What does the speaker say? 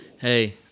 Hey